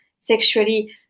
sexually